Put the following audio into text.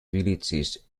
villages